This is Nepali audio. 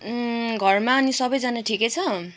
घरमा अनि सबैजाना ठिकै छ